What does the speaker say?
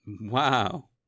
wow